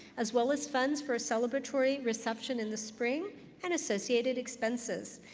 as well as funds for a celebratory reception in the spring and associated expenses.